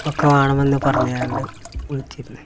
ഒക്കെ വേണമെന്ന് പറഞ്ഞുകൊണ്ട് വിളിച്ചിരുന്നു